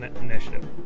initiative